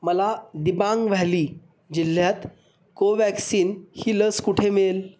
मला दिबांग व्हॅली जिल्ह्यात कोव्हॅक्सिन ही लस कुठे मिळेल